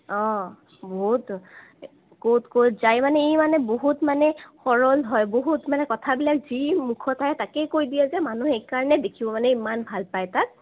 অঁ বহুত ক'ত ক'ত যাই মানে ই মানে বহুত মানে সৰল হয় বহুত মানে কথাবিলাক যি মুখত আহে তাকেই কৈ দিয়ে যে মানুহে সেইকাৰণে দেখিব মানে ইমান ভাল পায় তাক